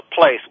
place